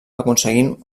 aconseguint